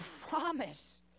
promise